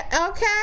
Okay